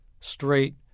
straight